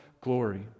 glory